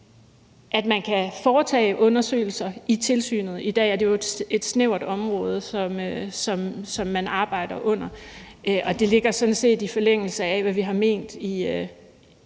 at man kan foretage undersøgelser i tilsynet. I dag er det jo et snævert område, som man arbejder under, og det ligger sådan set i forlængelse af, hvad vi har ment i